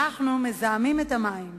אנחנו מזהמים את המים